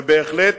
ובהחלט